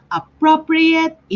appropriate